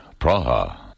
Praha